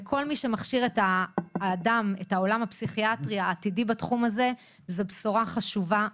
כל מי שמכשיר את עולם הפסיכיאטריה העתידי זאת בשורה חשובה בעבורו.